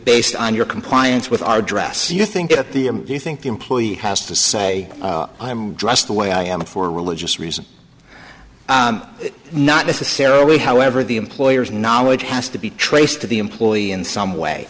based on your compliance with our dress you think at the end you think the employee has to say i'm dressed the way i am for religious reasons not necessarily however the employer's knowledge has to be traced to the employee in some way